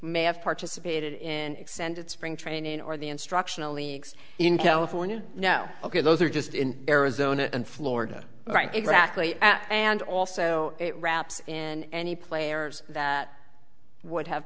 may have participated in extended spring training or the instructional leagues in california no ok those are just in arizona and florida right exactly and also it wraps in any players that would have